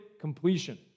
completion